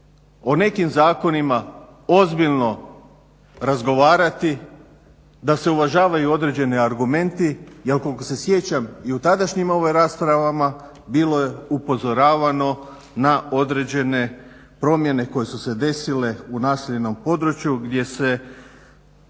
o nekim zakonima ozbiljno razgovarati, da se uvažavaju određeni argumenti. Jer koliko se sjećam i u tadašnjim raspravama bilo je upozoravano na određene promjene koje su se desile u naseljenom području gdje se